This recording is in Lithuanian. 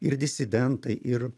ir disidentai ir